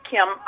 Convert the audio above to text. Kim